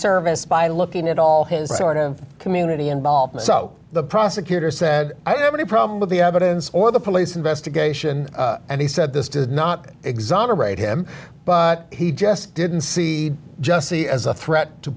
service by looking at all his sort of community involvement so the prosecutor said i don't have any problem with the evidence or the police investigation and he said this does not exonerate him but he just didn't see jesse as a threat